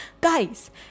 Guys